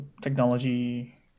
technology